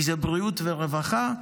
כי זה בריאות ורווחה.